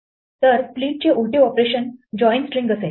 तर स्प्लिटचे उलटे ऑपरेशन जॉईन स्ट्रिंग असेल